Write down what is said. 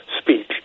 speech